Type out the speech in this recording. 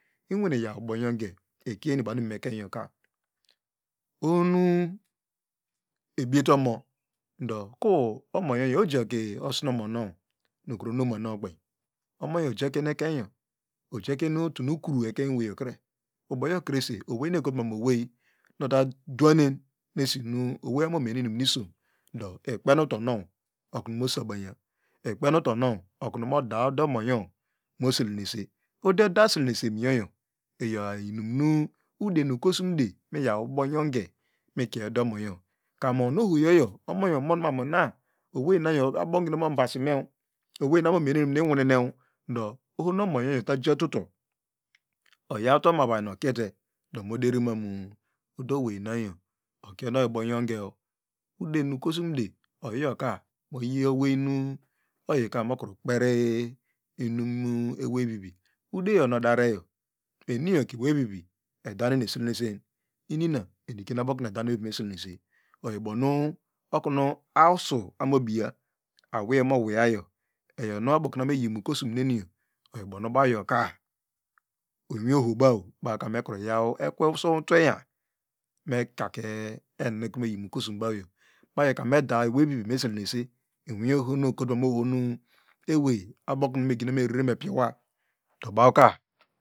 Inwenyan ubongonke ikieni banu ivom ekanyneni ohonu ebiete omo ndo ku omonyo ijaken osinomonow nu kru onomanownkpey omonyo ojakem ekeinyo ojaken tunu ukur ekeinyo ewekre uboyo krese owey nu ekotumano owey nota duaneru esinu owey abome mane inuisom do ikpe nu utomokunu okunu mosabanya ukpan utonow okrunu mo da udo monyo moseleres ude daseless mnyoyo iyo inumnu ude nukosimude iyaw ubo nyonge mikie ude omonyo omonyo karmu onu ohoyoyo omonyo omon mamu ina ewenanyo abo kru ombasime owey na abo mene inunu inwunene ndo ohonu omonyo omon mamu ina ewenanyo abo kru ombasime owey na abo mene inunu inwunene ndo ohonu otajatuto oyawte omavahine okiete do moderi marnu ude owenu oyika moku kperi ininum nu eweyvivi ude yono odere enieyoka eweyvivi edaneni eselenese inina enika abokunu edan eweyvivi meselenese oyo bo bonu okrunu asu an obiya awoye mowiyago ego nu abome yi mu uko suneniyo eyo bamu baw yoka inwi oho baw bawka mekru yaw ekwe s usow tewwnyqn mekake enu ekru me yi mu ikosimbayo baw yoka meda awey vivi meselenese inwi ohonu ekotumano ohonu ewey abo kunu megin rere mepiuwa do bawka